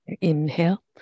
Inhale